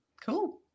Cool